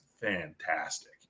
fantastic